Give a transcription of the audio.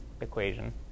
equation